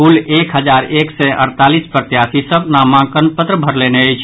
कुल एक हजार एक सय अड़तालीस प्रत्याशी सभ नामांकन पत्र भरलनि अछि